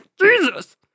Jesus